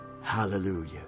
Hallelujah